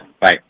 Bye